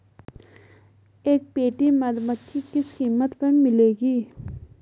एक पेटी मधुमक्खी किस कीमत पर मिलेगी?